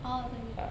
orh 对对